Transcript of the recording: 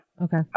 Okay